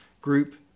group